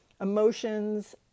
emotions